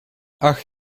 ach